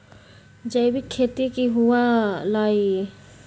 जैविक खेती की हुआ लाई?